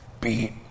beat